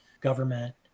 government